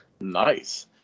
Nice